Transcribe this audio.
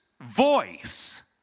voice